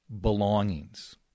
belongings